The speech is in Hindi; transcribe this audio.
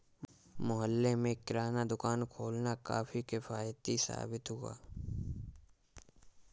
मोहल्ले में किराना दुकान खोलना काफी किफ़ायती साबित हुआ